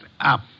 up